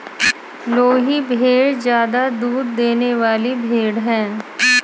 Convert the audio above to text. लोही भेड़ ज्यादा दूध देने वाली भेड़ है